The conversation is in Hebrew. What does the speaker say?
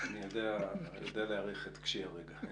אני יודע להעריך את קשי הרגע.